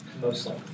mostly